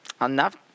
Enough